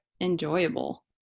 enjoyable